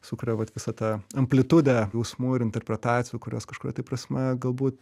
sukuria vat visą tą amplitudę jausmų ir interpretacijų kurios kažkuria tai prasme galbūt